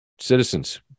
citizens